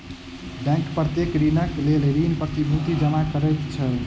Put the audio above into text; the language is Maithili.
बैंक प्रत्येक ऋणक लेल ऋण प्रतिभूति जमा करैत अछि